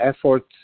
efforts